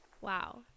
wow